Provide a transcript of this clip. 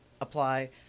apply